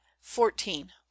fourteen